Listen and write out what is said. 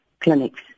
clinics